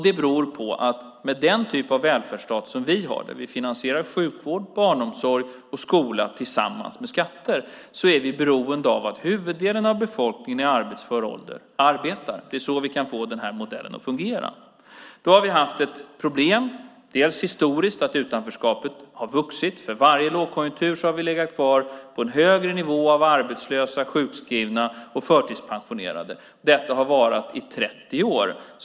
Det beror på att vi med den typ av välfärdsstat som vi har, där vi tillsammans finansierar sjukvård, barnomsorg och skola med skatter, är beroende av att huvuddelen av befolkningen i arbetsför ålder arbetar. Det är så vi kan få den här modellen att fungera. Vi har haft ett problem historiskt. Utanförskapet har vuxit. För varje lågkonjunktur har vi legat kvar på en högre nivå av arbetslösa, sjukskrivna och förtidspensionerade. Detta har varat i 30 år.